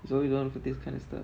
so you wanna put this kind of stuff